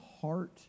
heart